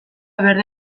berde